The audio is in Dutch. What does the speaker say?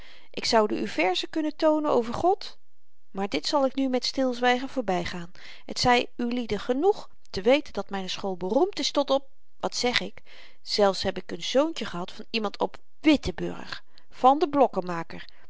ik zoude u verzen kunnen toonen over god maar dit zal ik nu met stilzwygen voorbygaan het zy ulieden genoeg te weten dat myne school beroemd is tot op wat zeg ik zelfs heb ik n zoontje gehad van iemand op wittenburg van den